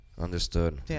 Understood